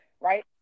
Right